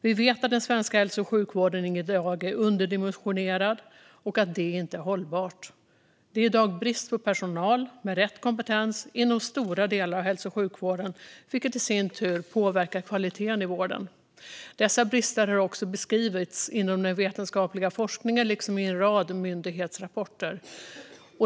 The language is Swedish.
Vi vet att dagens svenska hälso och sjukvård är underdimensionerad och att det inte är hållbart. Det råder brist på personal med rätt kompetens inom stora delar av hälso och sjukvården, vilket i sin tur påverkar kvaliteten i vården. Dessa brister har också beskrivits inom den vetenskapliga forskningen liksom i en rad myndighetsrapporter.